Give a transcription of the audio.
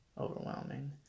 overwhelming